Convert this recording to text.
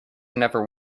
never